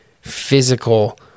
physical